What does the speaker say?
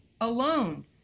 alone